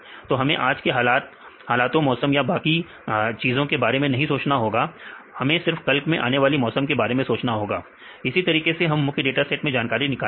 तो हमें आज के हालातों मौसम या बाकी चीजों के बारे में नहीं सोचना होगा हमें सिर्फ कल के आने वाली मौसम के बारे में सोचना होगा इसी तरीके से हमें मुख्य डाटा सेट से जानकारी निकालनी है